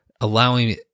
allowing